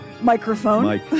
Microphone